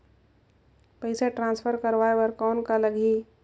पइसा ट्रांसफर करवाय बर कौन का लगही?